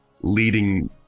leading